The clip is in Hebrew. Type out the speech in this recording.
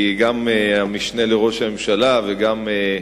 כי גם המשנה לראש הממשלה וגם,